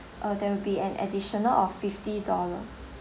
uh there'll be an additional of fifty dollar